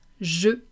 je